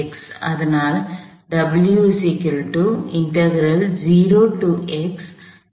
அதனால் அதை ஒருங்கிணைக்கலாம்